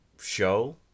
show